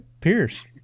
Pierce